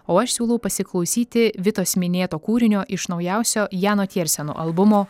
o aš siūlau pasiklausyti vitos minėto kūrinio iš naujausio jano tierseno albumo